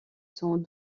sont